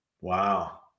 Wow